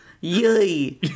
yay